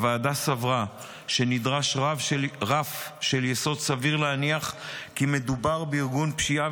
הוועדה סברה שנדרש רף של יסוד סביר להניח כי מדובר בארגון פשיעה,